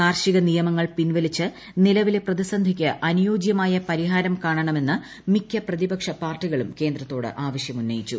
കാർഷിക നിയമങ്ങൾ പിൻവലിച്ച് നിലവിലെ പ്രതിസന്ധിക്ക് അനുയോജ്യമായ പരിഹാരം കാണണമെന്ന് മിക്ക പ്രതിപക്ഷ പാർട്ടികളും കേന്ദ്രത്തോട് ആവശ്യമുന്നയിച്ചു